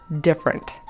different